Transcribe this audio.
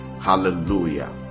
hallelujah